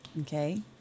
Okay